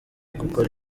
gukora